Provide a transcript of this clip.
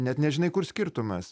net nežinai kur skirtumas